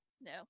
no